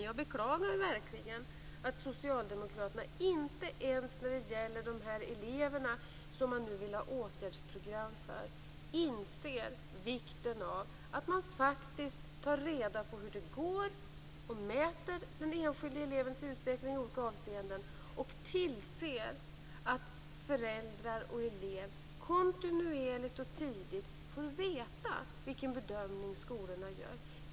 Jag beklagar verkligen att socialdemokraterna inte ens när det gäller de elever som de nu vill ha åtgärdsprogram för inser vikten av att man tar reda på hur det går och mäter den enskilde elevens utveckling i olika avseenden. Man måste också tillse att föräldrar och elev kontinuerligt och tidigt får veta vilken bedömning skolan gör.